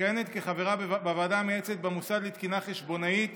מכהנת כחברה בוועדה המייעצת במוסד לתקינה חשבונאית